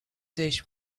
dish